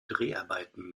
dreharbeiten